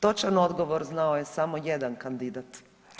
Točan odgovor znao je samo jedan kandidat.